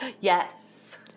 Yes